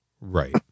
Right